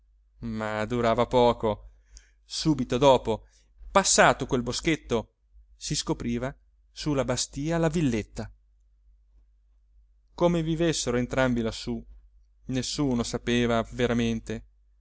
ma durava poco subito dopo passato quel boschetto si scopriva su la bastìa la villetta come vivessero entrambi lassù nessuno sapeva veramente